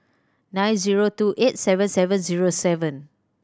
nine zero two eight seven seven zero seven